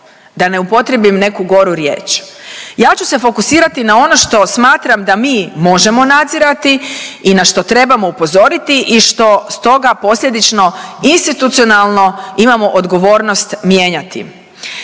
da ne upotrijebim neku goru riječ. Ja ću se fokusirati na ono što smatram da mi možemo nadzirati i na što trebamo upozoriti i što stoga posljedično institucionalno imamo odgovornost mijenjati.